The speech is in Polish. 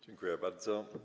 Dziękuję bardzo.